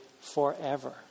forever